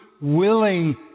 willing